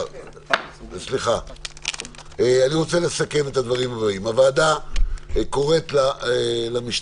אני רוצה לסכם את הדברים הבאים: הוועדה קוראת למשטרה,